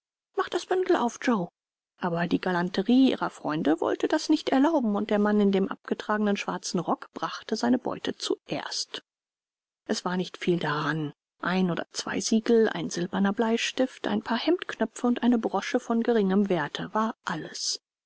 mach das bündel auf joe aber die galanterie ihrer freunde wollte das nicht erlauben und der mann in dem abgetragenen schwarzen rock brachte seine beute zuerst es war nicht viel daran ein oder zwei siegel ein silberner bleistift ein paar hemdknöpfe und eine brosche von geringem werte war alles